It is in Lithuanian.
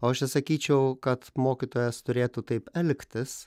o aš čia sakyčiau kad mokytojas turėtų taip elgtis